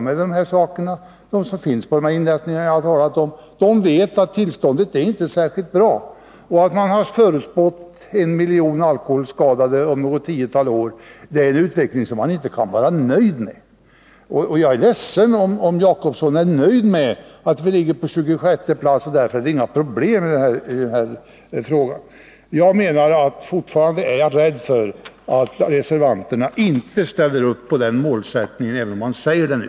Men de som sysslar med dessa saker på de inrättningar jag har talat om vet att tillståndet inte är särskilt bra. Man har förutspått en miljon alkoholskadade om något tiotal år. Det är en utveckling vi inte kan vara nöjda med. Jag ärledsen om Egon Jacobsson är nöjd med att vi bara ligger på 26:e plats och därför menar att det inte skulle vara några problem med den här frågan. Jag är fortfarande rädd för att reservanterna inte ställer upp bakom vår målsättning, även om de säger det nu.